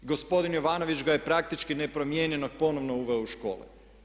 Gospodin Jovanović ga je praktički nepromijenjenog ponovno uveo u škole.